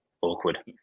awkward